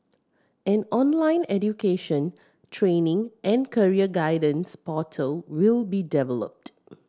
an online education training and career guidance portal will be developed